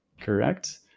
Correct